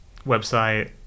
website